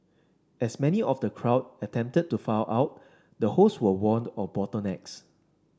as many of the crowd attempted to file out the host were warned of bottlenecks